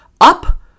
up